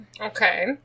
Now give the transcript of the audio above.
Okay